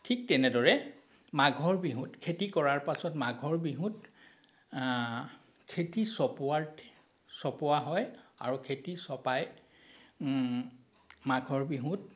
ঠিক তেনেদৰে মাঘৰ বিহুত খেতি কৰাৰ পাছত মাঘৰ বিহুত খেতি চপোৱাৰ চপোৱা হয় আৰু খেতি চপাই মাঘৰ বিহুত